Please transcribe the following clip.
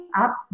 up